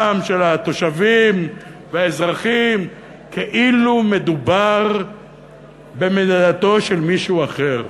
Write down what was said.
של התושבים והאזרחים כאילו מדובר במדינתו של מישהו אחר.